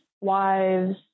wives